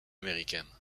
américaine